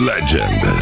Legend